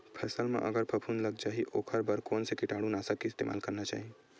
फसल म अगर फफूंद लग जा ही ओखर बर कोन से कीटानु नाशक के इस्तेमाल करना चाहि?